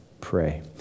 pray